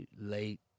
late